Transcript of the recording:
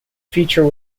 feature